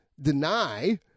deny